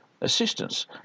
assistance